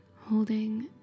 holding